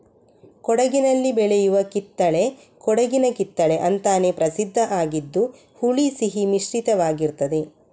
ಕೊಡಗಿನಲ್ಲಿ ಬೆಳೆಯುವ ಕಿತ್ತಳೆ ಕೊಡಗಿನ ಕಿತ್ತಳೆ ಅಂತಾನೇ ಪ್ರಸಿದ್ಧ ಆಗಿದ್ದು ಹುಳಿ ಸಿಹಿ ಮಿಶ್ರಿತವಾಗಿರ್ತದೆ